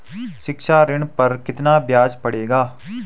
शिक्षा ऋण पर कितना ब्याज पड़ेगा?